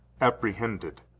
apprehended